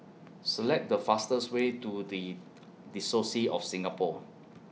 Select The fastest Way to The Diocese of Singapore